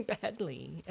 badly